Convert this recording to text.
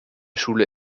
schule